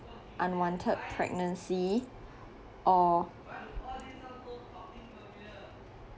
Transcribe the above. unwanted pregnancy or